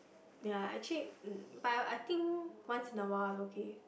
ya actually hmm but I think once in a while is okay